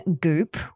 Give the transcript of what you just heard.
Goop